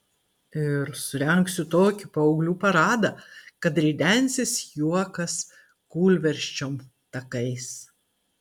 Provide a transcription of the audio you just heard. ir surengsiu tokį paauglių paradą kad ridensis juokas kūlversčiom takais